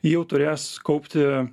jau turės kaupti